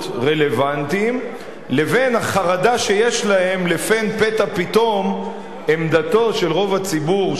רלוונטיים לבין החרדה שיש להם פן פתע פתאום עמדתו של רוב הציבור,